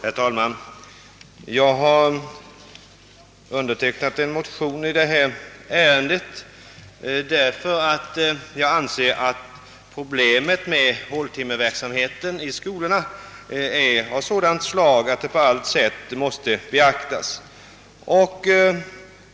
Herr talman! Jag har undertecknat en motion i detta ärende därför att jag anser att problemet med håltimmeverksamhet i skolorna bör på allt sätt beaktas.